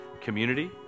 community